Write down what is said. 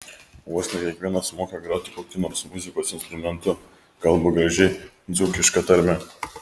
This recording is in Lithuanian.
vos ne kiekvienas moka groti kokiu nors muzikos instrumentu kalba gražia dzūkiška tarme